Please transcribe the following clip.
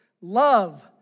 love